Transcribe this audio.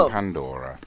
Pandora